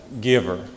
giver